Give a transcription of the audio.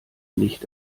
nicht